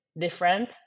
different